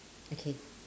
okay